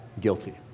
guilty